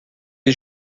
est